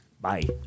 Bye